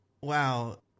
wow